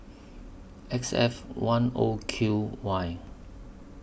X F one O Q Y